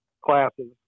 classes